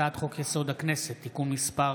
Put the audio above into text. הצעת חוק-יסוד: הכנסת (תיקון מס'